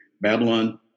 Babylon